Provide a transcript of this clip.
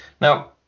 Now